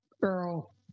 girl